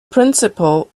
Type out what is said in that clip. principle